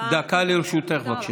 דקה לרשותך, בבקשה.